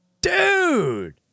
Dude